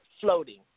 floating